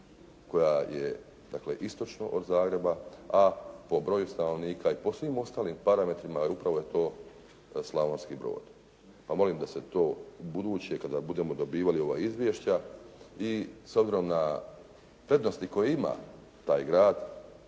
dakle istočno od Zagreba, a po broju stanovnika i po svim ostalim parametrima, upravo je to Slavonski Brod pa molim da se to ubuduće kada budemo dobivali ova izvješća i s obzirom na prednosti koje ima taj grad,